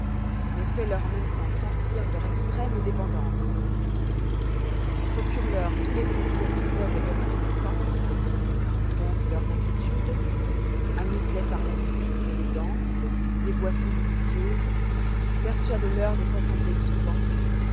mais fais-leur en même temps sentir leur extrême dépendance procure leur tous les plaisirs qui peuvent être innocents trompe leurs inquiétudes amuse les par la musique les danses les boissons délicieuses persuade leur de s'assembler souvent